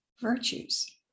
virtues